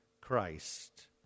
Christ